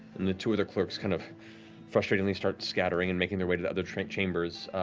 and the two other clerks kind of frustratingly start scattering and making their way to the other chambers.